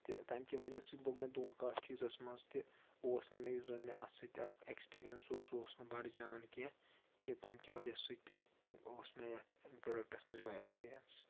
تہٕ تَمہِ کہِ وجہ سۭتۍ لوٚگ مےٚ دونٛکھ اَتھ چیٖزَس منٛز تہِ اوس نہٕ مےٚ یُس زَن مےٚ اَتھ سۭتۍ اَکھ ایٮکسپیٖریَنس اوس سُہ اوس نہٕ بَڑٕ جان کینٛہہ کہِ تَمہِ کہِ وجہ سۭتۍ اوس مےٚ یتھ پروڈَکٹَس منٛز یِہوے اٮٚکٕسپیٖرینس